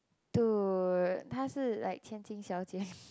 dude ta shi like qian jin xiao-jie